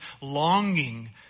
longing